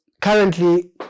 currently